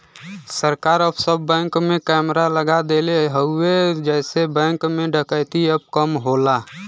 सरकार अब सब बैंक में कैमरा लगा देले हउवे जेसे बैंक में डकैती अब कम होला